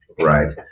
right